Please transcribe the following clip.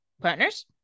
partners